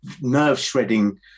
nerve-shredding